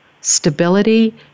stability